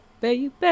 baby